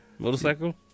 Motorcycle